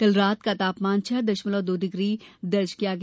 कल रात का तापमान छह दशमलव दो डिग्री दर्ज किया गया